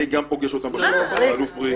גם אני פוגש אותם בשטח האלוף בריק.